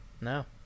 No